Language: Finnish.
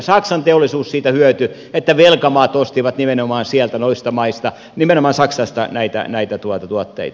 saksan teollisuus siitä hyötyi että velkamaat ostivat nimenomaan saksasta näitä tuotteita